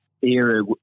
era